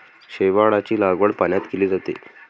शेवाळाची लागवड पाण्यात केली जाते